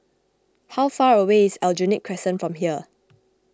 how far away is Aljunied Crescent from here